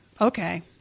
okay